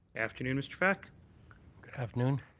afternoon, mr. fech. good afternoon.